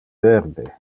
verde